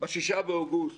ב-6 באוגוסט